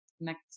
next